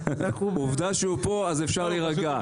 עובדה שהוא פה, אפשר להירגע.